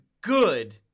good